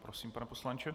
Prosím, pane poslanče.